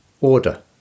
order